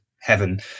heaven